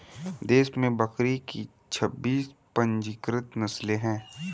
देश में बकरी की छब्बीस पंजीकृत नस्लें हैं